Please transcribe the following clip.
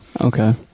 Okay